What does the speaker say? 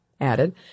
added